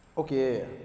Okay